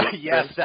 Yes